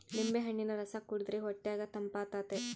ನಿಂಬೆಹಣ್ಣಿನ ರಸ ಕುಡಿರ್ದೆ ಹೊಟ್ಯಗ ತಂಪಾತತೆ